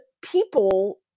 people